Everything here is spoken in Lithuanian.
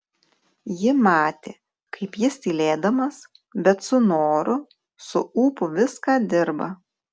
ji matė kaip jis tylėdamas bet su noru su ūpu viską dirba